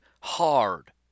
hard